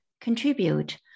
contribute